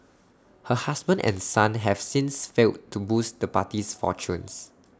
her husband and son have since failed to boost the party's fortunes